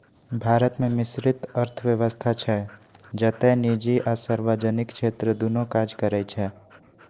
भारत मे मिश्रित अर्थव्यवस्था छै, जतय निजी आ सार्वजनिक क्षेत्र दुनू काज करै छै